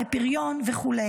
לפריון וכו'.